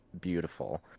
beautiful